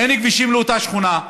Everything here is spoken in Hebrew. אין כבישים לאותה שכונה,